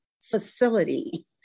facility